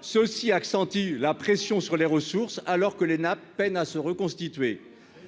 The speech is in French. ceci accentue la pression sur les ressources alors que l'ENA peinent à se reconstituer